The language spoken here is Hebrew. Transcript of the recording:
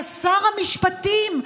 שר המשפטים,